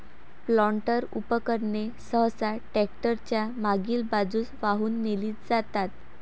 planter उपकरणे सहसा tractor च्या मागील बाजूस वाहून नेली जातात